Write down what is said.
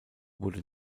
wurde